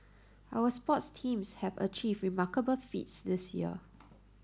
our sports teams have achieved remarkable feats this year